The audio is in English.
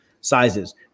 sizes